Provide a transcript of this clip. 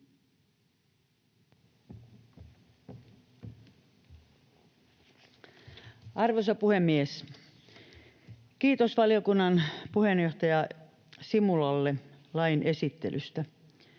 Arvoisa puhemies! Kiitos valiokunnan puheenjohtaja Simulalle lain esittelystä.